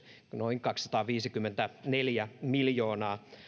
noin kaksisataaviisikymmentäneljä miljoonaa se on